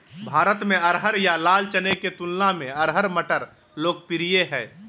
भारत में अरहर या लाल चने के तुलना में अरहर मटर लोकप्रिय हइ